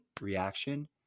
reaction